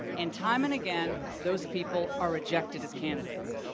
and time and again, those people are rejected as candidates.